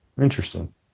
Interesting